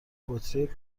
بطری